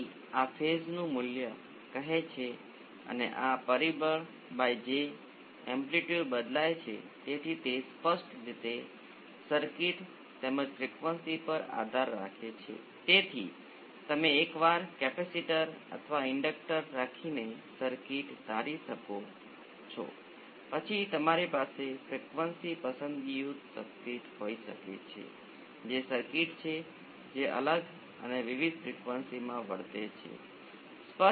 તમારે તે કોઈપણ રીતે કરવું પડશે કારણ કે તમારી પાસે ચોક્કસપણે રેઝિસ્ટર કેપેસિટર્સ અને ઇન્ડક્ટર મૂળભૂત રીતે સેકન્ડ ઓર્ડર સર્કિટ સાથે હોઈ શકે છે જે કોઈપણ સ્વરૂપમાં વર્ણવેલ નથી